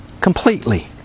completely